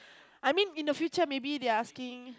I mean in the future maybe they're asking